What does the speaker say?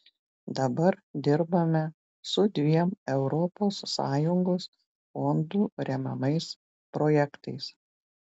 dabar dirbame su dviem europos sąjungos fondų remiamais projektais